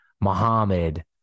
Muhammad